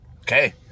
Okay